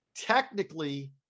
Technically